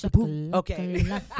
okay